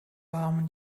warm